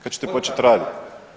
Kad ćete početi raditi?